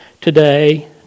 today